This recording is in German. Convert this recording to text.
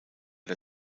der